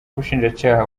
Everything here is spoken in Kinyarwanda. ubushinjacyaha